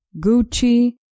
Gucci